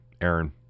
Aaron